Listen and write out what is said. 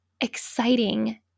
exciting